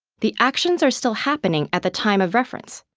the actions are still happening at the time of reference.